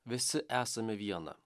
visi esame viena